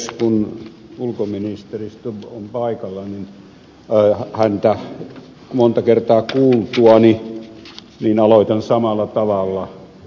kun ulkoministeri stubb on paikalla niin häntä monta kertaa kuultuani aloitan samalla tavalla